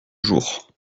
jour